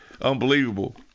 Unbelievable